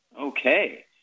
Okay